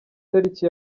tariki